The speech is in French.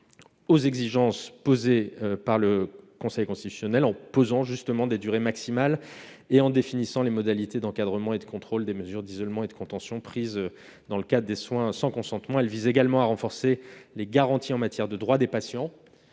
aux exigences posées par le Conseil constitutionnel, en posant justement des durées maximales et en définissant les modalités d'encadrement et de contrôle des mesures d'isolement et de contention prises dans le cas des soins sans consentement. Elles visent également à accroître les garanties en matière de droits des patients,